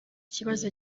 kibazo